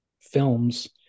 films